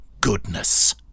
goodness